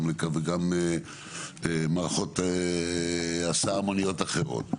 גם מערכות הסעה המוניות אחרות.